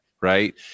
right